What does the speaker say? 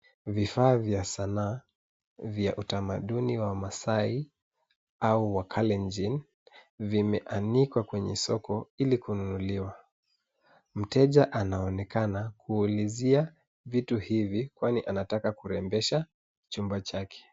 Vifaa vya sanaa vya utamaduni wa maasai au wakalenjin, vimeanikwa kwenye soko ili kununuliwa. Mteja anaonekana kuulizia vitu hivi kwani anataka kurembesha chumba chake.